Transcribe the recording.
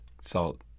salt